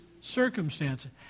circumstances